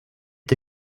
the